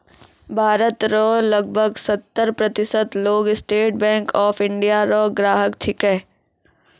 भारत रो लगभग सत्तर प्रतिशत लोग स्टेट बैंक ऑफ इंडिया रो ग्राहक छिकै